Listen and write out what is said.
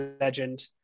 Legend